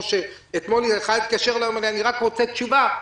שאתמול אחד התקשר ואומר: אני רק רוצה תשובה,